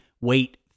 wait